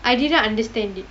I didn't understand it